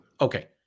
okay